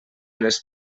les